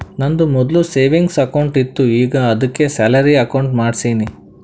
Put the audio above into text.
ನಂದು ಮೊದ್ಲು savings account ಇತ್ತು ಈಗ ಆದ್ದುಕೆ ಸ್ಯಾಲರಿ ಅಕೌಂಟ್ ಮಾಡ್ಸಿನಿ